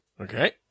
Okay